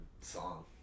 song